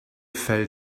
fell